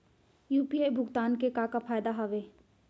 UPI भुगतान के का का फायदा हावे?